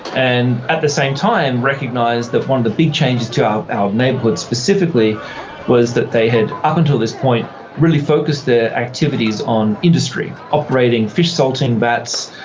and at the same time recognise that one of the big changes to our our neighbourhood specifically was that they had up until this point really focused their activities on industry, operating fish salting vats,